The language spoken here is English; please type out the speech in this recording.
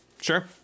Sure